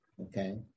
Okay